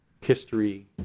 history